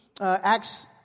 Acts